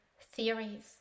theories